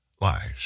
Lies